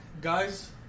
guys